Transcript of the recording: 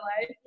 life